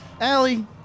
Allie